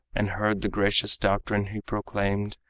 and heard the gracious doctrine he proclaimed,